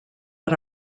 but